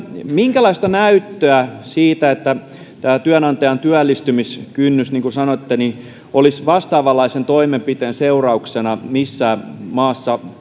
minkälaista näyttöä on siitä että tämä työnantajan työllistämiskynnys niin kuin sanoitte olisi vastaavanlaisen toimenpiteen seurauksena missään maassa